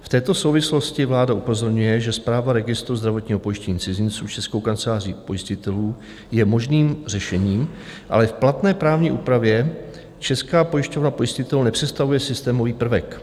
V této souvislosti vláda upozorňuje, že správa registru zdravotního pojištění cizinců i Českou kancelář jejich pojistitelů je možným řešením, ale v platné právní úpravě Česká pojišťovna pojistitelů nepředstavuje systémový prvek.